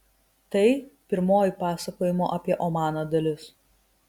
tai pirmoji pasakojimo apie omaną dalis